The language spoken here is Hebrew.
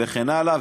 וכן הלאה.